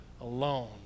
alone